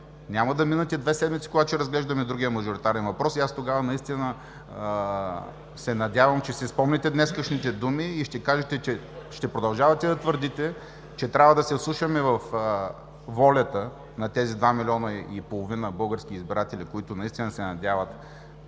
Няма да минат и две седмици, когато ще разглеждаме другия мажоритарен въпрос и тогава наистина се надявам, че ще си спомните днешните думи и ще кажете, че ще продължавате да твърдите, че трябва да се вслушваме във волята на тези 2,5 млн. български избиратели, които наистина се надяват,